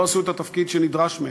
לא עשו את התפקיד שנדרש מהן,